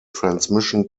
transmission